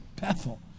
Bethel